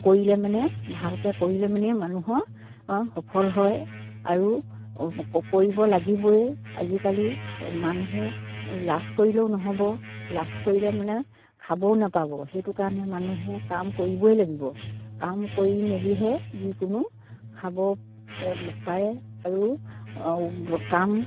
কৰিলে মানে ভালকে কৰিলে মানে মানুহৰ সফল হয় আৰু কৰিব লাগিবই আজিকালি মানুহে লাজ কৰিলেও নহ'ব লাজ কৰিলে মানে খাবও নাপাব সেইটো কাৰণে মানুহে কাম কৰিবই লাগিব কাম কৰি মেলিহে যিকোনো খাব পাৰে আৰু কাম